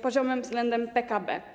poziomie względem PKB.